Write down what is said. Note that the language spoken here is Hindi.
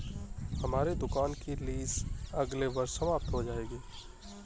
हमारी दुकान की लीस अगले वर्ष समाप्त हो जाएगी